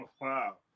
Wow